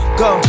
go